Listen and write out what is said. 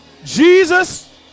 Jesus